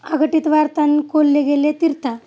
अघटित वारतान कोल्ले गेले तीर्था